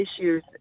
issues